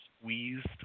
squeezed